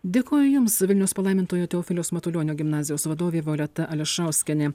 dėkoju jums vilniaus palaimintojo teofiliaus matulionio gimnazijos vadovė violeta ališauskienė